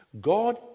God